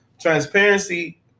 transparency